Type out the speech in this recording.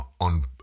on